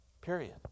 period